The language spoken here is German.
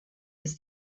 ist